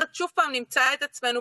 השר נמצא פה?